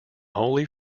wholly